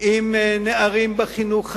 עם נערים בחינוך המיוחד,